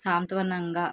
సాంత్వనంగా